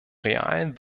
realen